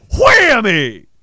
Whammy